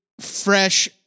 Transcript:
fresh